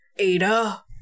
Ada